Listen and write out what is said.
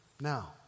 now